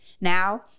Now